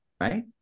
right